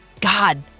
God